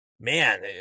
man